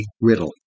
riddle